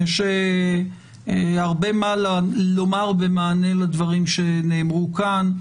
יש הרבה מה לומר במענה לדברים שנאמרו כאן,